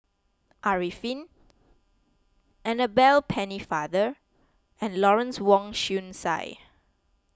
Arifin Annabel Pennefather and Lawrence Wong Shyun Tsai